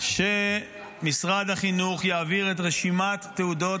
שמשרד החינוך יעביר את רשימת תעודות